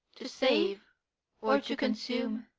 to save or to consume?